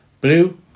Blue